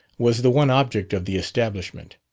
was the one object of the establishment.